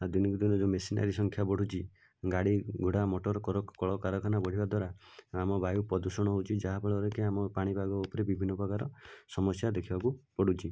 ଦିନକୁ ଦିନ ଯେଉଁ ମେସିନାରି ସଂଖ୍ୟା ବଢ଼ୁଛି ଗାଡ଼ି ଘୋଡ଼ା ମଟର କଳକାରଖାନା ବଢ଼ିବା ଦ୍ୱାରା ଆମ ବାୟୁ ପ୍ରଦୂଷଣ ହେଉଛି ଯାହାଫଳରେ କି ଆମ ପାଣିପାଗ ଉପରେ ବିଭିନ୍ନ ପ୍ରକାର ସମସ୍ୟା ଦେଖିବାକୁ ପଡ଼ୁଛି